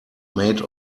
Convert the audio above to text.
made